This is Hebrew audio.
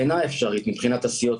אינה אפשרית מבחינת הסיעות.